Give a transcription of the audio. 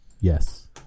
Yes